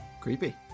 Creepy